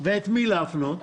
ואת מי להפנות,